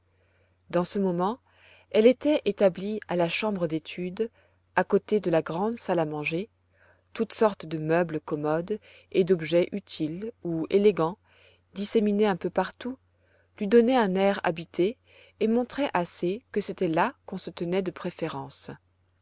dans ce moment elle était établie à la chambre d'études à côté de la grande salle à manger toutes sortes de meubles commodes et d'objets utiles ou élégants disséminés un peu partout lui donnaient un air habité et montraient assez que c'était là qu'on se tenait de préférence